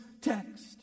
text